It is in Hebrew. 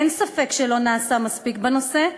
אין ספק שלא נעשה מספיק בנושא,